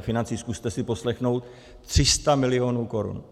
financí, zkuste si poslechnout 300 milionů korun!